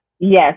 Yes